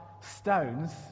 stones